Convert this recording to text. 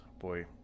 Boy